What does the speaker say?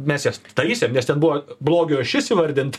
mes jas taisėm nes ten buvo blogio ašis įvardinta